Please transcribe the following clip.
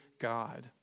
God